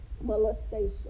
Molestation